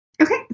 Okay